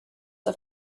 auf